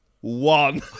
one